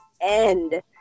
end